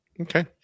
Okay